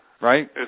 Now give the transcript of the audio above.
Right